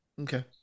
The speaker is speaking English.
Okay